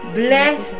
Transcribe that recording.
bless